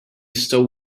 stole